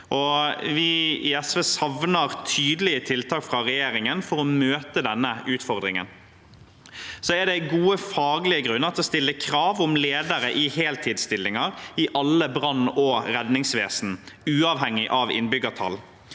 Vi i SV savner tydelige tiltak fra regjeringen for å møte denne utfordringen. Det er gode faglige grunner til å stille krav til ledere i heltidsstillinger i alle brann- og redningsvesen, uavhengig av innbyggertall.